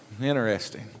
Interesting